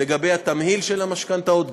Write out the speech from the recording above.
לגבי התמהיל של המשכנתאות,